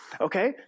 Okay